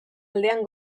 aldean